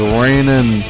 raining